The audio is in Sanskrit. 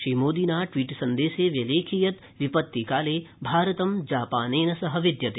श्रीमोदिना ट्वीट सन्देशे व्यलेखि यत् विपत्तिकाले भारतं जापेन सह विद्यते